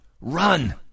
Run